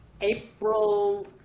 April